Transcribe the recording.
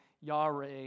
Yahweh